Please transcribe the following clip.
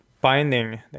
binding